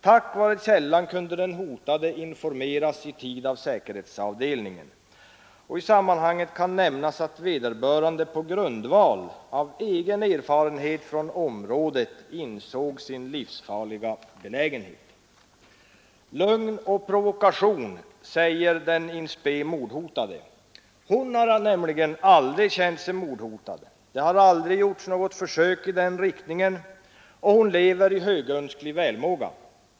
Tack vare källan kunde den hotade informeras i tid av säkerhetsavdelningen. I sammanhanget kan nämnas att vederbörande på grundval av egen erfarenhet från området insåg sin livsfarliga belägenhet.” ”Lögn och provokation”, säger den in spe mordhotade. Hon har aldrig känt sig mordhotad, det har aldrig gjorts något försök i den riktningen, och hon lever i högönsklig välmåga.